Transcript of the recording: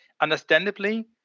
Understandably